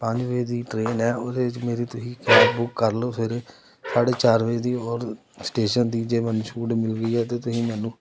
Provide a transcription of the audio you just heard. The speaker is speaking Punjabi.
ਪੰਜ ਵਜੇ ਦੀ ਟ੍ਰੇਨ ਹੈ ਉਹਦੇ ਵਿਚ ਮੇਰੀ ਤੁਸੀਂ ਕੈਬ ਬੁੱਕ ਕਰ ਲਓ ਸਵੇਰੇ ਸਾਢੇ ਚਾਰ ਵਜੇ ਦੀ ਔਰ ਸਟੇਸ਼ਨ ਦੀ ਜੇ ਮੈਨੂੰ ਛੂਟ ਮਿਲ ਰਹੀ ਹੈ ਤਾਂ ਤੁਸੀਂ ਮੈਨੂੰ